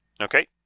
Okay